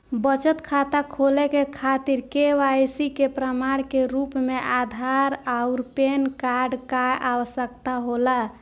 बचत खाता खोले के खातिर केवाइसी के प्रमाण के रूप में आधार आउर पैन कार्ड के आवश्यकता होला